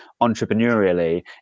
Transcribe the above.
entrepreneurially